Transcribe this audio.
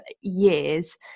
years